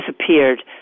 disappeared